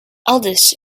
eldest